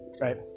right